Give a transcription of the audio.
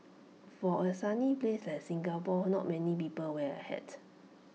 for A sunny place like Singapore not many people wear A hat